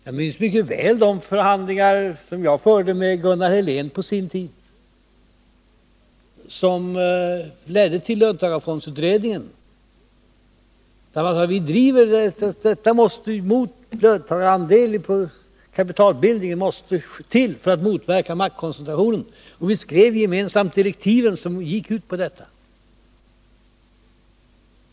Jag minns mycket väl de förhandlingar som jag förde med Gunnar Helén på sin tid och som ledde till löntagarfondsutredningen. Ni sade: Vi driver detta — löntagarfondsandelar vid kapitalbildningen måste till för att motverka maktkoncentrationen. Vi skrev gemensamt direktiven som gick ut på detta.